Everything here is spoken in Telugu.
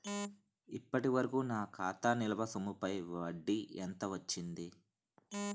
ఇప్పటి వరకూ నా ఖాతా నిల్వ సొమ్ముపై వడ్డీ ఎంత వచ్చింది?